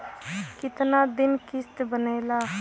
कितना दिन किस्त बनेला?